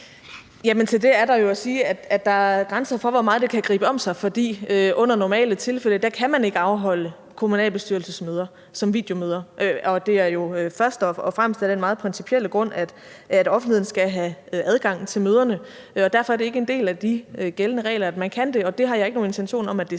der er grænser for, hvor meget det kan gribe om sig, for under normale omstændigheder kan man ikke afholde kommunalbestyrelsesmøder som videomøder, og det er jo først og fremmest af den meget principielle grund, at offentligheden skal have adgang til møderne. Derfor er det ikke en del af de gældende regler, at man kan det,